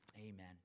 amen